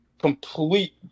complete